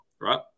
right